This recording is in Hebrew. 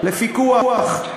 לפיקוח.